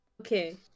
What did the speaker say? Okay